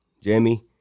jamie